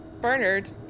Bernard